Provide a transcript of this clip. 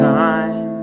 time